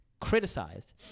criticized